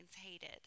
hated